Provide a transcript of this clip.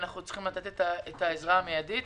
ואנחנו צריכים לתת את העזרה המידית.